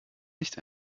nicht